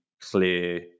clear